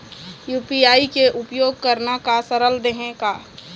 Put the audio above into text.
UPI के उपयोग करना का सरल देहें का?